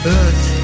earth